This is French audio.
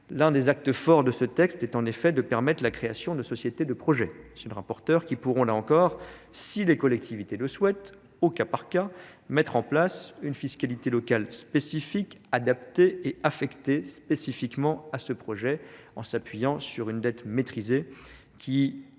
l'un des actes forts de ce texte est en effet de permettre la création de sociétés de projets, dit le rapporteur, qui pourront, là encore, si les collectivités le souhaitent, au cas par cas, mettre en place une fiscalité locale spécifique adaptée et affectée spécifiquement à ce projet en s'appuyant sur une dette maîtrisée qui,